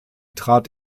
trat